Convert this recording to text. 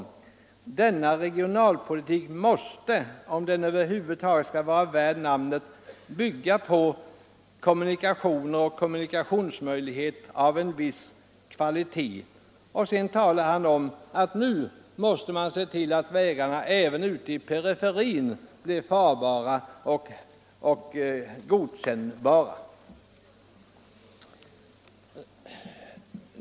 Denna regionalpolitik måste, om den över huvud taget skall vara värd namnet, bygga på kommunikationer och kommu nikationsmöjligheter av en viss kvalitet, -.” Sedan talar han om att 127 man måste se till att även vägarna ute i periferin blir farbara och godtagbara.